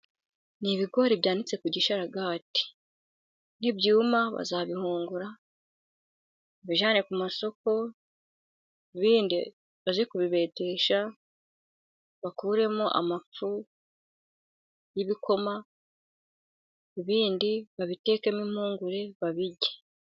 Ni ibigori byanitse ku gisharagati ,nibyuma bazabihungura babijyane ku masoko, ibindi bajye kubibetesha bakuremo amafu y'ibikoma, ibindi babitekemo impungure babirye.